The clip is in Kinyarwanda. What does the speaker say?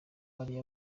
yari